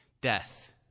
death